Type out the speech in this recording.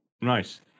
Nice